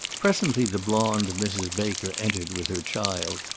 presently the blonde mrs. baker entered, with her child,